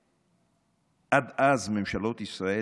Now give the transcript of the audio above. שעד אז ממשלות ישראל,